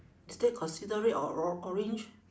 is that consider red or or~ orange